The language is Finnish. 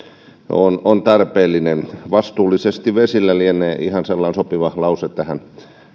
on on tarpeellinen vastuullisesti vesillä lienee ihan sellainen sopiva lause tähän